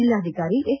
ಜಿಲ್ಲಾಧಿಕಾರಿ ಎಸ್